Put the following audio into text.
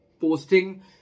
posting